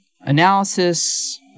analysis